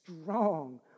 strong